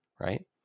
right